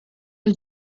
los